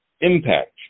impact